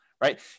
right